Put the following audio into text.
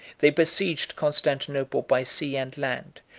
they besieged constantinople by sea and land,